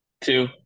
two